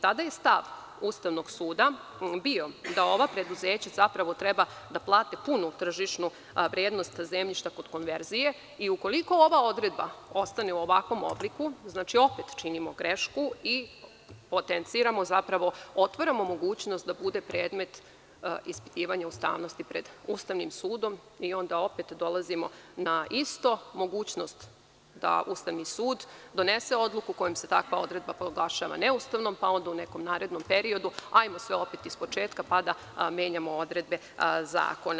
Tada je stav Ustavnog suda bio da ova preduzeća treba da plate punu tržišnu vrednost zemljišta kod konverzije i ukoliko ova odredba ostane u ovakvom obliku, opet činimo grešku i potenciramo, zapravo, otvaramo mogućnost da bude predmet ispitivanja ustavnosti pred Ustavnim sudom i onda opet dolazimo na isto, mogućnost da Ustavni sud donese odluku kojom se takva odredba proglašava neustavnom, pa onda u nekom narednom periodu hajmo sve opet iz početka, pa da menjamo odredbe zakona.